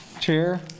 Chair